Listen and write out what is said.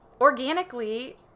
organically